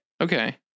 Okay